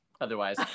otherwise